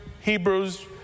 Hebrews